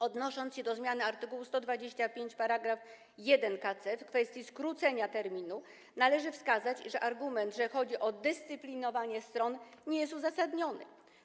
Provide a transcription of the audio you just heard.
Odnosząc się do zmiany art. 125 § 1 k.c. w kwestii skrócenia terminu, należy wskazać, iż argument, że chodzi o dyscyplinowanie stron, nie jest uzasadniony.